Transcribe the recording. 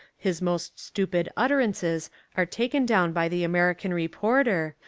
his most stupid utterances are taken down by the american reporter,